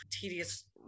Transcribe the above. tedious